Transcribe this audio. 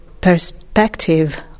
perspective